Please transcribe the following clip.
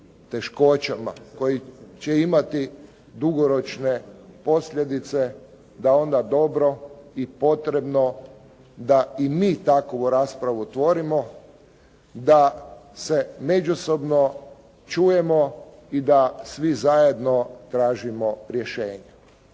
teškoćama koji će imati dugoročne posljedice da onda dobro i potrebno da i mi takvu raspravu otvorimo, da se međusobno čujemo i da svi zajedno tražimo rješenja.